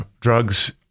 drugs